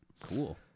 cool